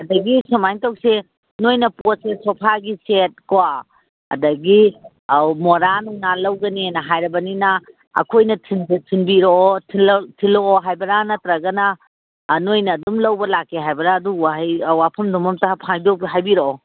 ꯑꯗꯒꯤ ꯁꯨꯃꯥꯏꯅ ꯇꯧꯁꯦ ꯅꯣꯏꯅ ꯄꯣꯠꯁꯦ ꯁꯣꯐꯥꯒꯤ ꯁꯦꯠꯀꯣ ꯑꯗꯒꯤ ꯑꯧ ꯃꯣꯔꯥ ꯅꯨꯡꯂꯥ ꯂꯧꯒꯅꯦꯅ ꯍꯥꯏꯔꯕꯅꯤꯅ ꯑꯩꯈꯣꯏꯅ ꯊꯤꯟꯕꯤꯔꯛꯑꯣ ꯊꯤꯜꯂꯛꯑꯣ ꯍꯥꯏꯔꯕ ꯅꯠꯇ꯭ꯔꯒ ꯅꯣꯏꯅ ꯑꯗꯨꯝ ꯂꯧꯕ ꯂꯥꯛꯀꯦ ꯍꯥꯏꯕꯔꯥ ꯑꯗꯨ ꯋꯥꯍꯩ ꯋꯥꯐꯝꯗꯨꯃ ꯍꯥꯏꯕꯤꯔꯛꯑꯣ